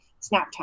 Snapchat